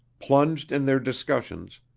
plunged in their discussions,